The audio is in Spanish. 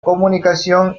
comunicación